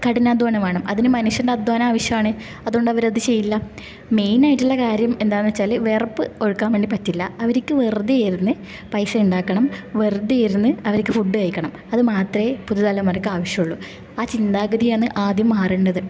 കഠിനാദ്ധ്വാനം വേണം അതിന് മനുഷ്യൻ്റെ അദ്ധ്വാനം ആവശ്യമാണ് അതുകൊണ്ടവർ ചെയ്യില്ല മെയ്നായിട്ടുള്ള കാര്യം എന്താന്ന് വച്ചാൽ വിയർപ്പ് ഒഴുക്കൻ വേണ്ടി പറ്റില്ല അവർക്ക് വെറുതെ ഇരുന്ന് പൈസയ്ണ്ടാക്കണം വെറുതെ ഇരുന്ന് അവർക്ക് ഫുഡ് കഴിക്കണം അത് മാത്രമേ പുതു തലമുറക്ക് ആവശ്യമുള്ളൂ ആ ചിന്താഗതിയാന്ന് ആദ്യം മാറേണ്ടത്